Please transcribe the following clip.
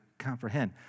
comprehend